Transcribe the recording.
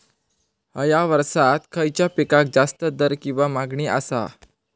हया वर्सात खइच्या पिकाक जास्त दर किंवा मागणी आसा?